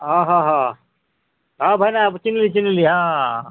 ହଁ ହଁ ହଁ ହଁ ଭାଇନା ଚିହ୍ନିଲି ଚିହ୍ନିଲି ହଁ